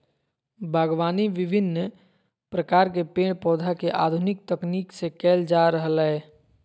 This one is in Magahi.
बागवानी विविन्न प्रकार के पेड़ पौधा के आधुनिक तकनीक से कैल जा रहलै